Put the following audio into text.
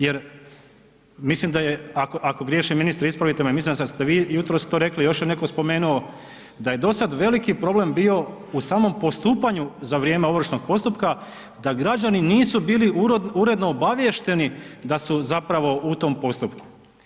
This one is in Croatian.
Jer mislim da se, ako griješim ministre, ispravite me, mislim da ste vi jutros to rekli, još je netko spomenuo, da je dosad veliki problem bio, u samom postupanju za vrijeme ovršnog postupka da građani nisu bili uredno obaviješteni da su zapravo u tom postupku.